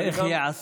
זה איך ייעשה?